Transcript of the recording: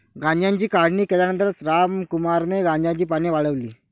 गांजाची काढणी केल्यानंतर रामकुमारने गांजाची पाने वाळवली